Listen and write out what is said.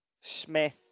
Smith